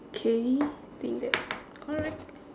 okay think that's alright